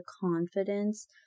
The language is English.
confidence